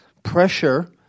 Pressure